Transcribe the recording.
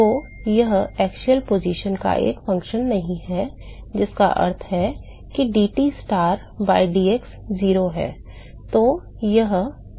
तो यह अक्षीय स्थिति का एक फ़ंक्शन नहीं है जिसका अर्थ है कि dTstar बटा dx 0 है